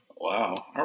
Wow